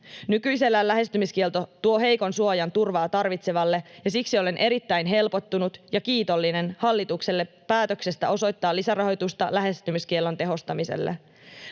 Nykyisellään lähestymiskielto tuo heikon suojan turvaa tarvitsevalle, ja siksi olen erittäin helpottunut ja kiitollinen hallitukselle päätöksestä osoittaa lisärahoitusta lähestymiskiellon tehostamiselle.